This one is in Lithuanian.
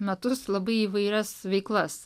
metus labai įvairias veiklas